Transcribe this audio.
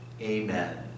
Amen